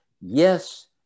Yes